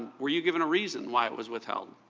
were you given a reason why it was withheld?